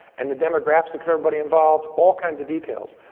and the demographic of everybody involved all kinds of details.